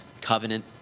covenant